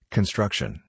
Construction